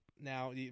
Now